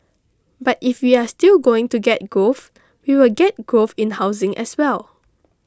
but if we are still going to get growth we will get growth in housing as well